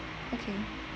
okay